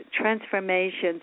transformations